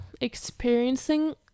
experiencing